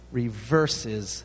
reverses